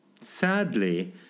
Sadly